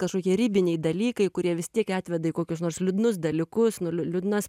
kažkokie ribiniai dalykai kurie vis tiek atveda į kokius nors liūdnus dalykus nu liu liūdnas